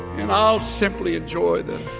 and i'll simply enjoy the